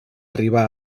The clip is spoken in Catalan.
arribar